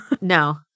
no